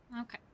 Okay